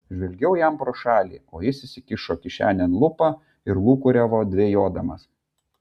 žvelgiau jam pro šalį o jis įsikišo kišenėn lupą ir lūkuriavo dvejodamas